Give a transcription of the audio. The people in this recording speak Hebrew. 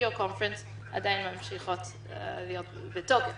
video conferenceעדיין ממשיכים להיות בתוקף.